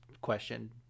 question